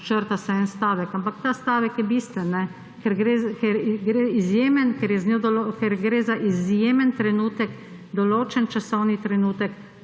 črta se en stavek. Ampak ta stavek je bistven, ker je izjemen, ker gre za izjemen trenutek, določen časovni trenutek,